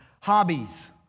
hobbies